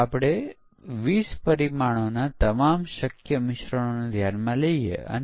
જેમ આપણે કહી રહ્યા છીએ છેલ્લા 30 40 વર્ષોમાં આપણી પાસે વધુ ને વધુ સ્વચાલિત સાધનો ઉપલબ્ધ છે